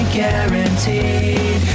guaranteed